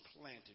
planted